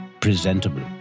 presentable